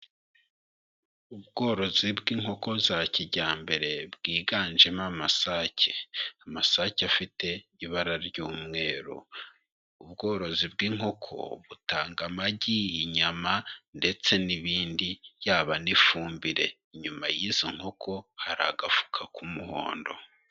Ubworozi bw'inkoko, za kijyambere, bwiganjemo amasake. Amasake afite, ibara ry'umweru. Ubworozi bw'inkoko, butanga amagi, y'inyama, ndetse n'ibindi. Yaba n'ifumbire. Inyuma y'izo nkoko, hari agafuka k'umuhondo.